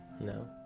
no